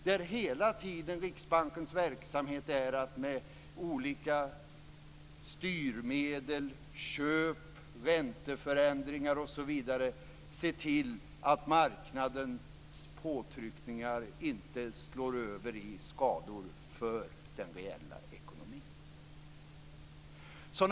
Riksbankens verksamhet går hela tiden ut på att med olika styrmedel - köp, ränteförändringar osv. - se till att marknadens påtryckningar inte slår över i skador för den reella ekonomin.